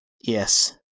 Yes